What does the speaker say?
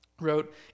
wrote